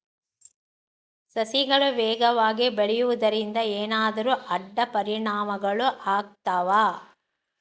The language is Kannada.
ಸಸಿಗಳು ವೇಗವಾಗಿ ಬೆಳೆಯುವದರಿಂದ ಏನಾದರೂ ಅಡ್ಡ ಪರಿಣಾಮಗಳು ಆಗ್ತವಾ?